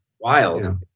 Wild